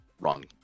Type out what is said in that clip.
Wrong